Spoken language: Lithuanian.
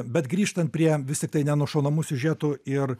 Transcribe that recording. bet grįžtant prie vis tiktai nenušaunamų siužetų ir